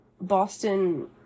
Boston